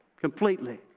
completely